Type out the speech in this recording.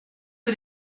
que